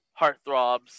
heartthrobs